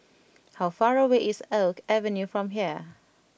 how far away is Oak Avenue from here